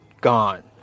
gone